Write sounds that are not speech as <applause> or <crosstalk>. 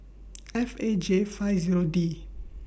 <noise> F A J five Zero D